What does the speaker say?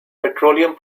petroleum